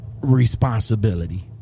responsibility